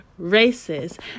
racist